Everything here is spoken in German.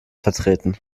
vertreten